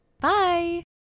Bye